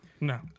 no